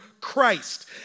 Christ